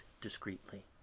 discreetly